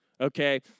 okay